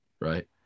right